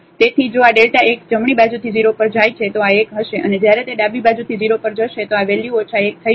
તેથી જો આ Δ x જમણી બાજુથી 0 પર જાય છે તો આ 1 હશે અને જ્યારે તે ડાબી બાજુથી 0 પર જશે તો આ વેલ્યુ ઓછા 1 થઈ જશે